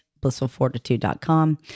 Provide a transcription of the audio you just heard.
blissfulfortitude.com